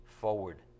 forward